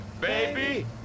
Baby